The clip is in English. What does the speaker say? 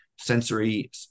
sensory